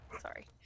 sorry